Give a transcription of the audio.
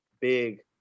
big